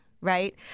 right